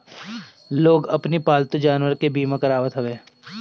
लोग अपनी पालतू जानवरों के बीमा करावत हवे